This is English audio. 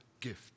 gift